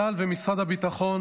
צה"ל ומשרד הביטחון,